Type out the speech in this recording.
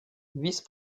vice